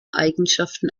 eigenschaften